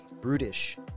brutish